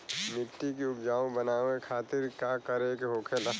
मिट्टी की उपजाऊ बनाने के खातिर का करके होखेला?